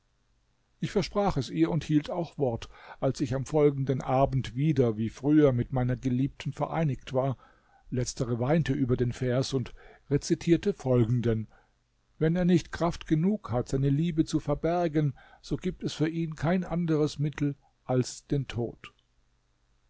ich versprach es ihr und hielt auch wort als ich am folgenden abend wieder wie früher mit meiner geliebten vereinigt war letztere weinte über den vers und rezitierte folgenden wenn er nicht kraft genug hat seine liebe zu verbergen so gibt es für ihn kein anderes mittel als den tod